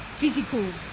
physical